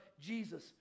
Jesus